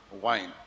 wine